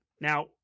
Now